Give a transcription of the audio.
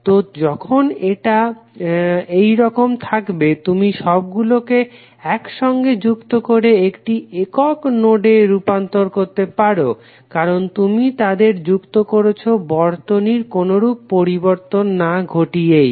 তো যখন এটা এইরকম থাকবে তুমি সবগুলকে একসঙ্গে যুক্ত করে একটি একক নোডে রুপান্তর করতে পারো কারণ তুমি তাদের যুক্ত করছো বর্তনীর কোনোরূপ পরিবর্তন না ঘটিয়েই